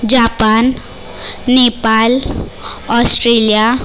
Japan Nepal Australia